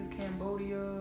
Cambodia